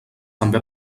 també